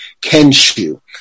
Kenshu